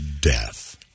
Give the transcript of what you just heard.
death